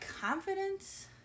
confidence